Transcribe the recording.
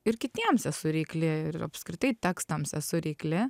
ir kitiems esu reikli ir apskritai tekstams esu reikli